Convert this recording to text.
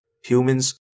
Humans